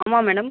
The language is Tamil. ஆமாம் மேடம்